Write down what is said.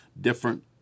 different